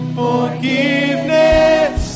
forgiveness